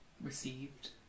received